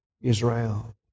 Israel